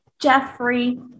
Jeffrey